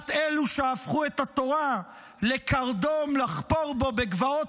דעת אלו שהפכו את התורה לקרדום לחפור בו בגבעות